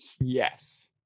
Yes